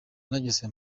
nageze